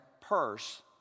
purse